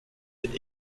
est